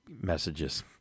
messages